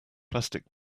plastic